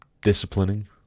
disciplining